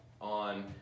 on